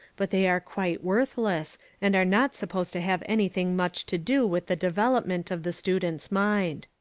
but they are quite worthless and are not supposed to have anything much to do with the development of the student's mind.